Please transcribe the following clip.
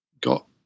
got